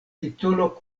titolo